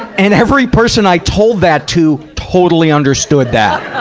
and every person i told that to totally understood that.